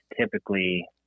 typically